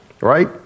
Right